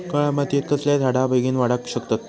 काळ्या मातयेत कसले झाडा बेगीन वाडाक शकतत?